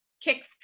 kick